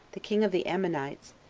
the king of the ammonites,